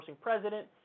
president